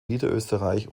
niederösterreich